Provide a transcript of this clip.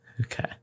Okay